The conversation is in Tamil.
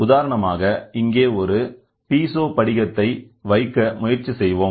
உதாரணமாக இங்கே ஒரு பீசோ படிகத்தை வைக்க முயற்சி செய்வோம்